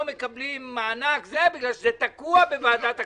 מקבלים מענק בגלל שזה תקוע בוועדת הכספים.